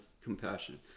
compassion